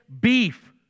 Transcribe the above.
beef